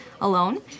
alone